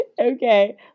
okay